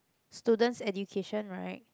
students education right